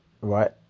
right